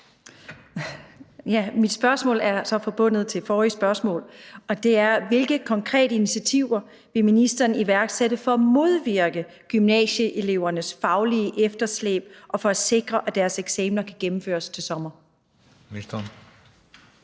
Mit spørgsmål er forbundet til det forrige spørgsmål, og det er: Hvilke konkrete initiativer vil ministeren iværksætte for at modvirke gymnasieelevernes faglige efterslæb og for at sikre, at deres eksamener kan gennemføres til sommer?